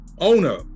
Owner